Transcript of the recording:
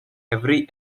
every